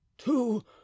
Two